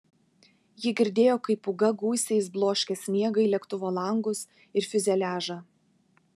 ji girdėjo kaip pūga gūsiais bloškė sniegą į lėktuvo langus ir fiuzeliažą